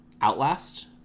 Outlast